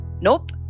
Nope